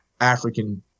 African